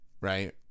right